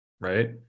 right